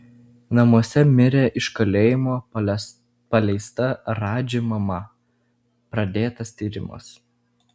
namuose mirė iš kalėjimo paleista radži mama pradėtas tyrimas